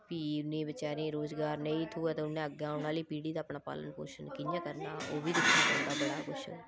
फ्ही उ'नें बेचारें गी रोज़गार नेईं थ्होऐ ते उ'न्नै अग्गें औने आह्ली पीढ़ी दा अपना पालन पोशन कियां करना ओह् बी दिक्खना बड़ा कुछ